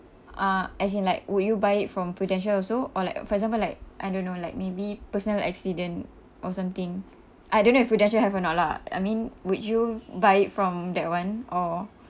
uh as in like would you buy it from Prudential also or like for example like I don't know like maybe personal accident or something I don't know if Prudential have or not lah I mean would you buy it from that one or